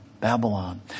Babylon